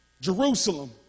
Jerusalem